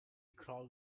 crawled